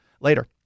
later